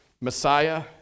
Messiah